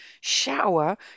shower